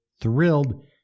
thrilled